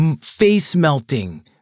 face-melting